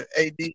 AD